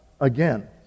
again